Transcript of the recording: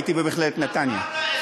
הייתי במכללת נתניה.